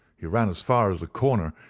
he ran as far as the corner,